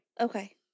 Okay